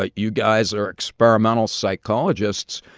ah you guys are experimental psychologists.